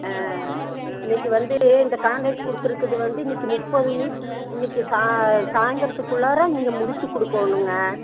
ஆ இன்னைக்கு வந்து இந்த காண்ட்ரக்ட் கொடுத்துருக்கறது வந்து இன்னைக்கு முப்பது மீட்ரு இன்னைக்கு சா சாய்ந்திரத்துக்குள்ளார நீங்கள் முடித்து கொடுக்கோணுங்க